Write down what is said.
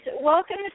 Welcome